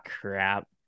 crap